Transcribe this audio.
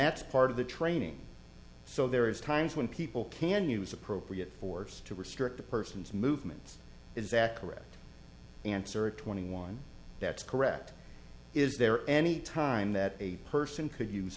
that's part of the training so there is times when people can use appropriate force to restrict the person's movements is that correct answer twenty one that's correct is there any time that a person could use